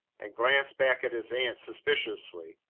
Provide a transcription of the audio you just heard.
and glanced back at his aunt suspiciously